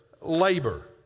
labor